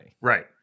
Right